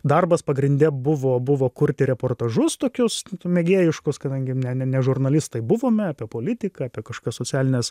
darbas pagrinde buvo buvo kurti reportažus tokius mėgėjiškus kadangi ne ne žurnalistai buvome apie politiką apie kažkokias socialines